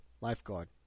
lifeguard